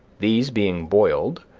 these being boiled,